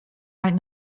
might